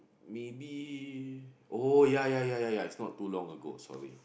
maybe oh ya ya ya ya ya it's not too long ago sorry